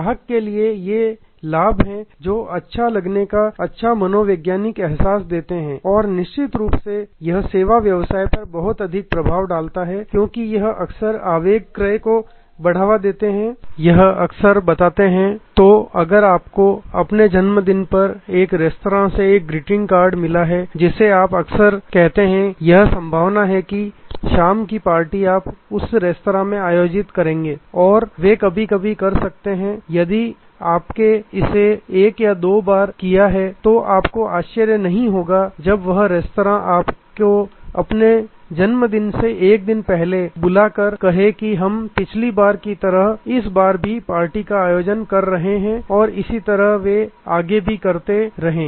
ग्राहक के लिए ये लाभ हैं जो अच्छा लगने का अच्छा मनोवैज्ञानिक एहसास देते हैं और निश्चित रूप से यह सेवा व्यवसाय पर बहुत अधिक प्रभाव डालता है क्योंकि यह अक्सर आवेग क्रय को बढ़ावा देते हैं यह अक्सर बताते है तो अगर आपको अपने जन्मदिन पर एक रेस्तरां से एक ग्रीटिंग कार्ड मिला है जिसे आप अक्सर कहते हैं यह संभावना है कि शाम की पार्टी आप उस रेस्तरां में आयोजित करेंगे और वे कभी कभी कर सकते हैं यदि आपने इसे एक या दो बार किया है तो आपको आश्चर्य नहीं होगा जब वह रेस्तरां आपको आपके जन्मदिन से एक दिन पहले आप को बुलाकर कहे की हम पिछली बार की तरह ही इस बार पार्टी का आयोजन कर रहे हैं और इसी तरह आगे भी वे करते रहें